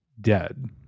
dead